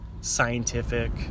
scientific